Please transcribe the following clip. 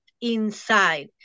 inside